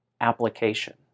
application